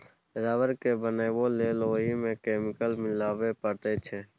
rubber केँ बनाबै लेल ओहि मे केमिकल मिलाबे परैत छै